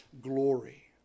glory